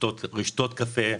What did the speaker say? רשתות קפה,